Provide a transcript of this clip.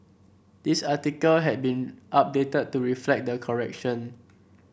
this article had been updated to reflect the correction